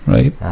Right